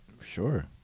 Sure